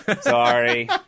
Sorry